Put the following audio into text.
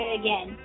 again